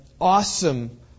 awesome